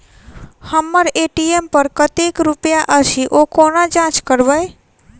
हम्मर ए.टी.एम पर कतेक रुपया अछि, ओ कोना जाँच करबै?